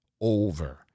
over